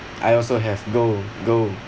I also have go go